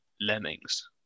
Lemmings